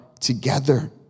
together